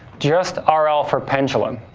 just ah rl for pendulum.